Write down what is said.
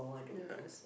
ya